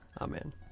Amen